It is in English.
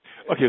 Okay